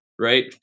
right